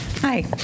Hi